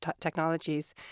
technologies